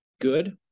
good